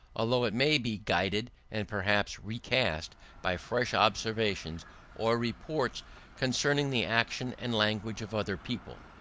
although it may be guided and perhaps recast by fresh observations or reports concerning the action and language of other people.